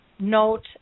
Note